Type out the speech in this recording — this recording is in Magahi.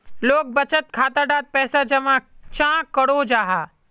लोग बचत खाता डात पैसा जमा चाँ करो जाहा?